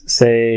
say